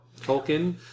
Tolkien